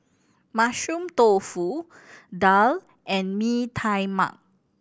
Mushroom Tofu daal and Mee Tai Mak